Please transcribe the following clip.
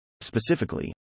Specifically